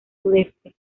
sudeste